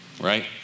Right